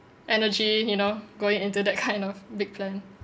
energy you know going into that kind of big plan